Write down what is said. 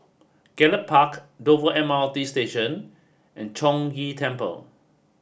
Gallop Park Dover M R T Station and Chong Ghee Temple